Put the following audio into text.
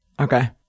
Okay